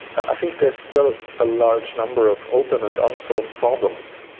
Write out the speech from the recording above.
i think there's still a large number of open and unsolved problems.